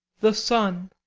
the sun